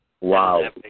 Wow